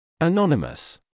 Anonymous